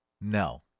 No